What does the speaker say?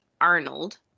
Arnold